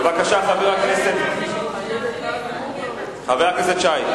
בבקשה, חבר הכנסת שי.